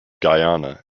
guyana